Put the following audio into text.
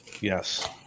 Yes